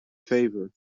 favor